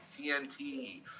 TNT